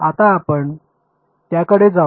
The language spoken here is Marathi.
आता आपण त्याकडे जाऊ